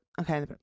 okay